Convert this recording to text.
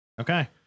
Okay